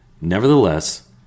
Nevertheless